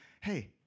hey